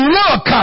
look